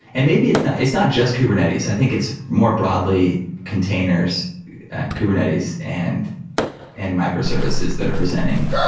and maybe it's not it's not just kubernetes. i think it's more broadly containers kubernetes and and microservices that are presenting,